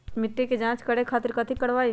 मिट्टी के जाँच करे खातिर कैथी करवाई?